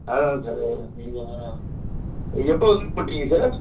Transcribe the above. அதுதான் சார் நீங்கள் எப்போ வந்து போட்டீங்க சார்